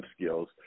skills